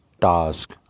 task